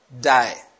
die